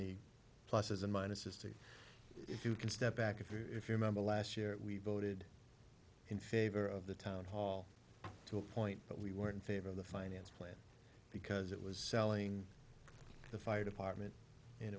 the pluses and minuses to if you can step back if you if you remember last year we voted in favor of the town hall to a point but we were in favor of the finance plan because it was selling the fire department